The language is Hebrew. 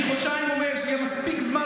אני חודשיים אומר שיהיה מספיק זמן,